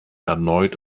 erneut